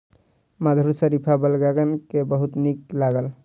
मधुर शरीफा बालकगण के बहुत नीक लागल